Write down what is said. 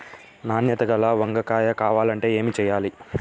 నాణ్యత గల వంగ కాయ కావాలంటే ఏమి చెయ్యాలి?